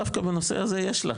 דווקא בנושא הזה יש לה,